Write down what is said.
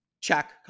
Check